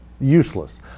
useless